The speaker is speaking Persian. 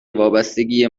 وابستگی